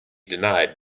denied